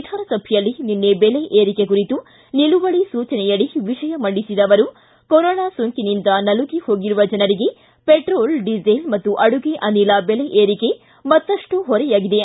ವಿಧಾನಸಭೆಯಲ್ಲಿ ನಿನ್ನೆ ಬೆಲೆ ವರಿಕೆ ಕುರಿತು ನಿಲುವಳಿ ಸೂಚನೆಯಡಿ ವಿಷಯ ಮಂಡಿಸಿದ ಅವರು ಕೊರೋನಾ ಸೋಂಕಿನಿಂದ ನಲುಗಿ ಹೋಗಿರುವ ಜನರಿಗೆ ವೆಟ್ರೋಲ್ ಡೀಸೆಲ್ ಮತ್ತು ಅಡುಗೆ ಅನಿಲ ಬೆಲೆ ಏರಿಕೆ ಮತ್ತಷ್ಟು ಹೊರೆಯಾಗಿದೆ